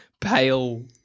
Pale